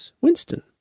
Winston